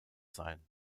sein